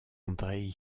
andrzej